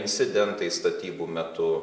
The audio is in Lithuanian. incidentai statybų metu